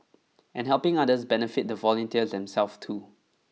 and helping others benefit the volunteers themself too